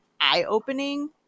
eye-opening